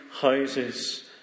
houses